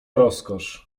rozkosz